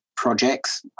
projects